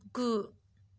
गु